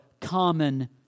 common